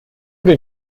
den